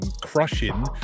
crushing